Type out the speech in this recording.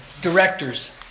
directors